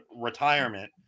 retirement